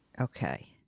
Okay